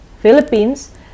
Philippines